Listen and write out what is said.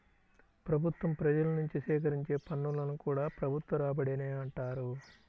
ప్రభుత్వం ప్రజల నుంచి సేకరించే పన్నులను కూడా ప్రభుత్వ రాబడి అనే అంటారు